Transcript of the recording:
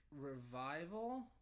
revival